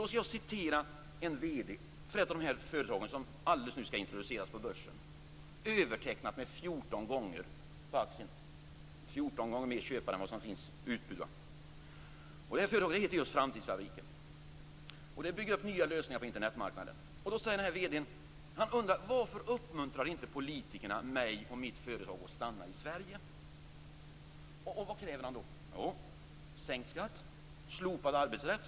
Jag skall citera en vd för ett av de företag som alldeles strax skall introduceras på börsen, vars aktie övertecknats 14 gånger. Det finns 14 gånger fler köpare än vad utbudet motiverar. Det företaget heter just Framtidsfabriken. Det bygger upp nya lösningar på Internetmarknaden. Vd:n undrar varför politikerna inte uppmuntrar honom och hans företag att stanna i Sverige. Vad kräver han då? Kräver han sänkt skatt och slopad arbetsrätt?